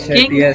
King